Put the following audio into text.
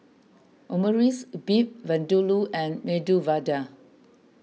Omurice Beef Vindaloo and Medu Vada